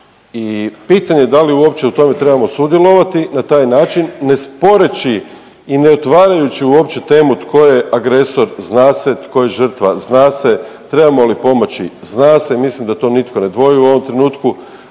i pitanje je da li uopće u tome trebamo sudjelovati na taj način ne sporeći i ne otvarajući uopće temu tko je agresor, zna se, tko je žrtva, zna se, trebamo li pomoći, zna se, mislim da to nitko ne dvoji u ovom trenutku,